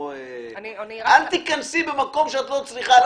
אל תיכנסי במקום שאת לא צריכה.